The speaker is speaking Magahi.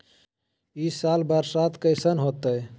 ई साल बरसात कैसन होतय?